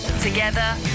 together